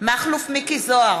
מכלוף מיקי זוהר,